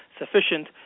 sufficient